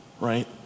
right